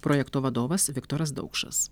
projekto vadovas viktoras daukšas